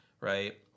right